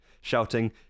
shouting